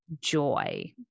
joy